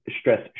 stress